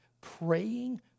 praying